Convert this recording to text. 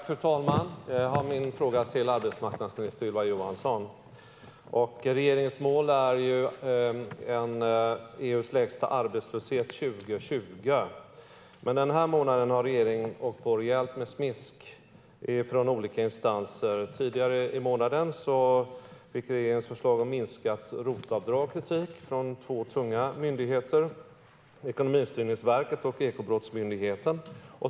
Fru talman! Min fråga är till arbetsmarknadsminister Ylva Johansson. Regeringens mål är att man ska ha EU:s lägsta arbetslöshet 2020. Men den här månaden har regeringen åkt på rejält med smisk från olika instanser. Tidigare i månaden fick regeringens förslag om minskat ROT-avdrag kritik från två tunga myndigheter - Ekonomistyrningsverket och Ekobrottsmyndigheten.